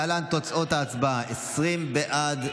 להלן תוצאות ההצבעה: 20 בעד,